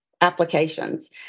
applications